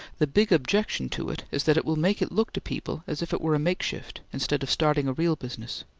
the big objection to it is that it will make it look to people as if it were a makeshift, instead of starting a real business.